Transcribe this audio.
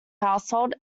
household